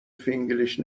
فینگلیش